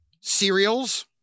cereals